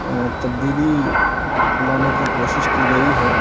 تبدیلی لانے کی کوشش کی گئی ہے